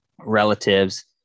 relatives